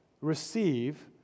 receive